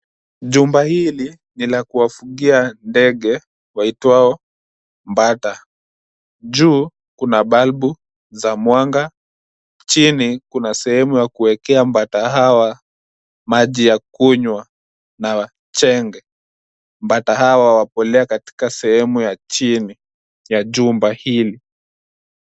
Jumba hili ni la kuwafugia ndege waitwao bata. Juu kuna balbu za mwanga. Chini kuna sehemu ya kuwekea bata hawa maji ya kunywa na chenge. Bata hawa wapolea katika sehemu ya chini ya jumba hili